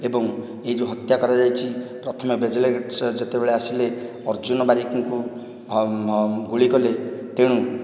ଏବଂ ଏହି ଯେଉଁ ହତ୍ୟା କରାଯାଇଛି ପଥମେ ବେଜଲା ଗେଟ ସାର ଯେତେବେଳେ ଆସିଲେ ଅର୍ଜୁନ ବାରିକଙ୍କୁ ଗୁଳି କଲେ ତେଣୁ